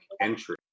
entry